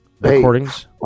recordings